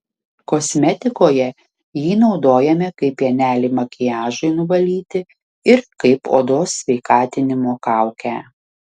kosmetikoje jį naudojame kaip pienelį makiažui nuvalyti ir kaip odos sveikatinimo kaukę